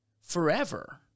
Forever